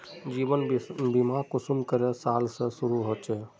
जीवन बीमा कुंसम करे साल से शुरू होचए?